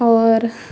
اور